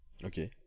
okay